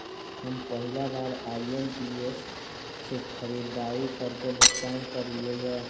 हम पहिला बार आई.एम.पी.एस से खरीदारी करके भुगतान करलिअई ह